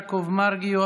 יעקב מרגי,